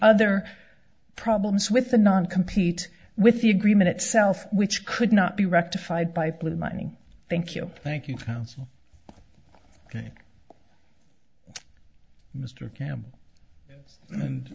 other problems with the non compete with the agreement itself which could not be rectified by putting mining thank you thank you council ok mr camp